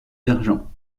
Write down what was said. d’argent